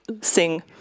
sing